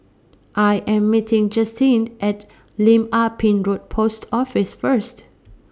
I Am meeting Justen At Lim Ah Pin Road Post Office First